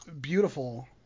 beautiful